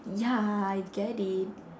ya I get it